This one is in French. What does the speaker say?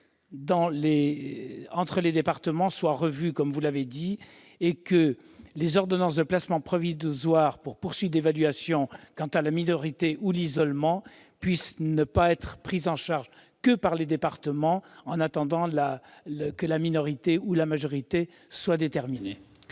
entre les départements et éviter que les ordonnances de placement provisoires pour poursuite d'évaluation quant à la minorité ou l'isolement ne soient prises en charge que par les départements, en attendant que la minorité ou la majorité soit déterminée.